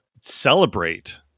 celebrate